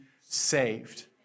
saved